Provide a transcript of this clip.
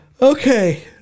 Okay